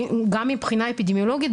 גם מבחינה אפידמיולוגית,